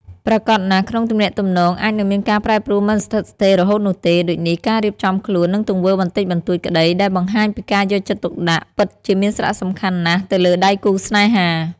ប្រាកដណាស់ក្នុងទំនាក់ទំនងអាចនឹងមានការប្រែប្រួលមិនស្ថិតស្ថេររហូតនោះទេ ដូចនេះការរៀបចំខ្លួន និងទង្វើបន្តិចបន្តួចក្តីដែលបង្ហាញពីការយកចិត្តទុកដាក់ពិតជាមានសារៈសំខាន់ណាស់ទៅលើដៃគូរស្នេហា។